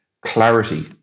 clarity